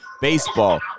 Baseball